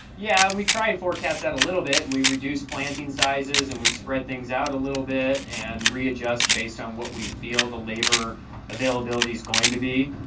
yeah, and we try and forecast that a little bit, and we reduce planting sizes, and we spread things out a little bit and readjust based on what we feel the labor availability is going to be.